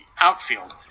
outfield